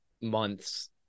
months